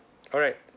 alright